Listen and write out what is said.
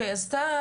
אז אתה,